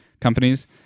companies